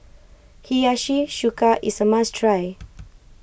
Hiyashi Chuka is a must try